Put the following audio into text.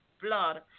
blood